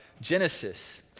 genesis